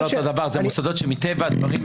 זה פחות בפן המשפטי ויותר בפן העובדתי החברתי.